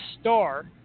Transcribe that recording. star